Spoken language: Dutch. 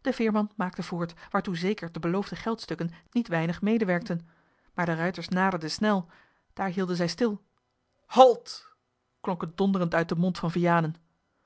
de veerman maakte voort waartoe zeker de beloofde geldstukken niet weinig medewerkten maar de ruiters naderden snel daar hielden zij stil halt klonk het donderend uit den mond van vianen